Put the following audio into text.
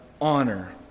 honor